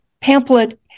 pamphlet